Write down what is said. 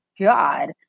God